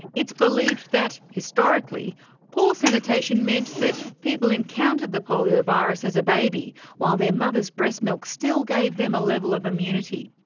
it's believed that historically poor sanitation meant that people encountered the polio virus as a baby, while their mother's breastmilk still gave them a level of immunity.